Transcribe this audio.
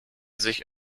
sich